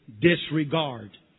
Disregard